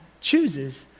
chooses